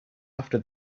after